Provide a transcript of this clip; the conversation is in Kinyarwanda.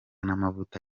n’amavuta